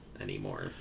anymore